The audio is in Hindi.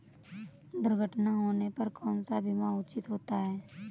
दुर्घटना होने पर कौन सा बीमा उचित होता है?